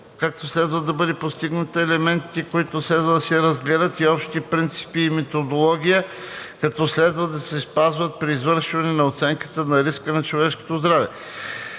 която следва да бъде постигната, елементите, които следва да се разгледат, и общите принципи и методология, които следва да се спазват при извършването на оценката на риска за човешкото здраве